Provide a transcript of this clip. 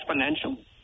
exponential